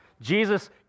Jesus